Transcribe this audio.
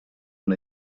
una